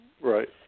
Right